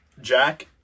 Jack